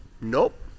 nope